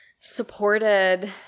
supported